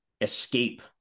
escape